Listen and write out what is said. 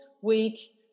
week